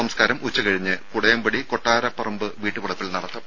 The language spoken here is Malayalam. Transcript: സംസ്കാരം ഉച്ച കഴിഞ്ഞ് കുടയംപടി കൊട്ടാരപ്പറമ്പ് വീട്ടുവളപ്പിൽ നടത്തും